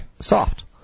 soft